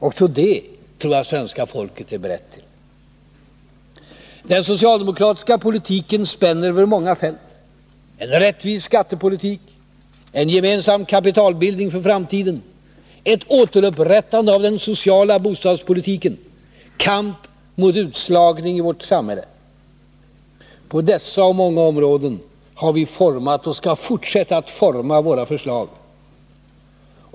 Också det tror jag svenska folket är berett till. Den socialdemokratiska politiken spänner över många fält: en rättvis skattepolitik, en gemensam kapitalbildning för framtiden, ett återupprättande av den sociala bostadspolitiken, kamp mot utslagning i vårt samhälle. På dessa och många andra områden har vi format och skall fortsätta att forma våra förslag.